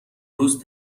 روز